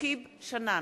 שצריך לתקן,